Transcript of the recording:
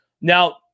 Now